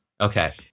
Okay